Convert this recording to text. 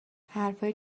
حرفهایی